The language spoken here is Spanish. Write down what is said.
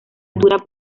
altura